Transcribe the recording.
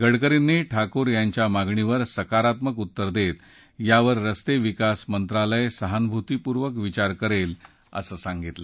गडकरींनी ठाकूर यांच्या मागणीवर सकारात्मक उत्तर देत यावर रस्ते विकास मंत्रालय सहानुभूतीपूर्वक विचार करेल असं सागितलं